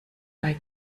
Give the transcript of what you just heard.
bei